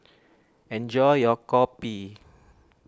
enjoy your Kopi